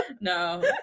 No